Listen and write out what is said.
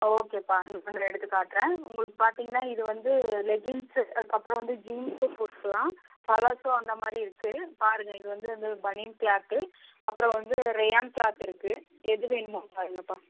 ஆ ஓகேப்பா இந்த மாடல் எடுத்து காட்டுறேன் உங்களுக்கு பார்த்தீங்கன்னா இது வந்து லெகின்ஸ்ஸு அதுக்கப்புறம் வந்து ஜீன்ஸ் போட்டுக்கலாம் கலர்ஸ்ஸும் அந்த மாதிரி இருக்குது பாருங்க இது வந்து வந்து பனியன் க்ளாத்து அப்புறம் வந்து ரேயான் க்ளாத் இருக்குது எது வேணுமோ பாருங்கப்பா